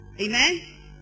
Amen